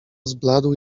zbladł